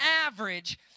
average